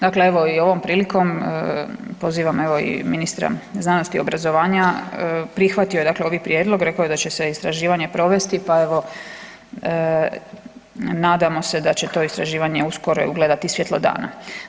Dakle, evo i ovom prilikom pozivam ministra znanosti i obrazovanja prihvatio je ovaj prijedlog, rekao je da će se istraživanje provesti pa evo nadamo se da će to istraživanje uskoro ugledati svjetlo dana.